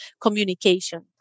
communication